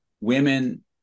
women